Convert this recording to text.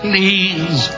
Please